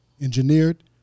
engineered